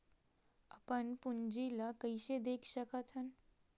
अपन पूंजी ला कइसे देख सकत हन?